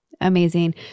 Amazing